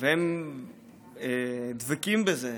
והם דבקים בזה,